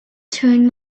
turn